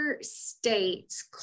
states